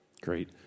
Great